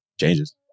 changes